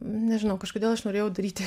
nežinau kažkodėl aš norėjau daryti